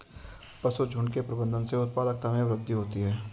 पशुझुण्ड के प्रबंधन से उत्पादकता में वृद्धि होती है